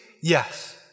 Yes